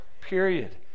Period